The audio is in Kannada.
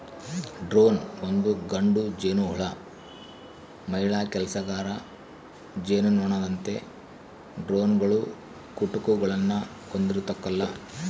ಡ್ರೋನ್ ಒಂದು ಗಂಡು ಜೇನುಹುಳು ಮಹಿಳಾ ಕೆಲಸಗಾರ ಜೇನುನೊಣದಂತೆ ಡ್ರೋನ್ಗಳು ಕುಟುಕುಗುಳ್ನ ಹೊಂದಿರಕಲ್ಲ